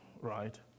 Right